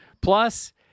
Plus